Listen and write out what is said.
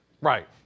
Right